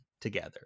together